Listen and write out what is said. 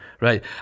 Right